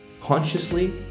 consciously